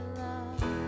love